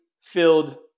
filled